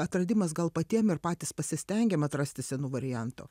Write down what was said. atradimas gal patiem ir patys pasistengėm atrasti senų variantų